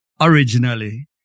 originally